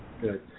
good